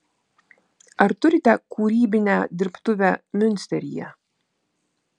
ar turite kūrybinę dirbtuvę miunsteryje